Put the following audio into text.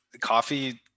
coffee